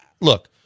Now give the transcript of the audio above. look